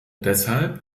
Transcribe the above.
deshalb